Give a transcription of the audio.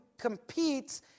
competes